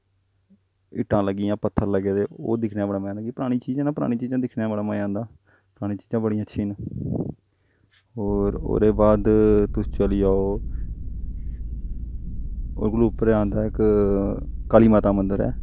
इट्टां लग्गी दियां पत्थर लग्गे दे ओह् दिक्खने दा बड़ा मज़ा आंदा कि परानी चीज़ां ऐं ना परानी चीज़ां दिक्खने दा बड़ा मज़ा आंदा परानी चीज़ां बड़ी अच्छियां न होर ओह्दे बाद तुस चली जाओ ओह्दे कोला उप्पर आंदा इक काली माता दा मन्दर ऐ